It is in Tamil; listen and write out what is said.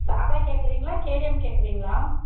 சாதா கேட்குறீங்களா கேடிஎம் கேட்குறீங்களா